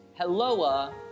helloa